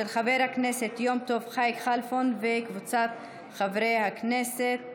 של חבר הכנסת יום טוב חי כלפון וקבוצת חברי הכנסת.